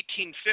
1850